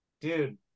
Dude